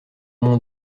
mon